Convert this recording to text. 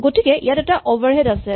গতিকে ইয়াত এটা অভাৰহেড আছে